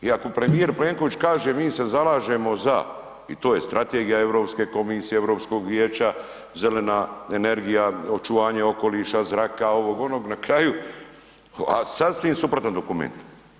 I ako premijer Plenković kaže mi se zalažemo za, i to je Strategija Europske komisije, Europskog vijeća, zelena energija, očuvanje okoliša, zraka, ovog-onog na kraju, a sasvim suprotan dokument.